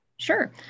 Sure